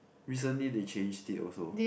recently they changed it also